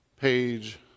page